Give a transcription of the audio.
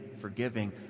forgiving